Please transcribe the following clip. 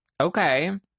Okay